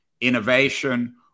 innovation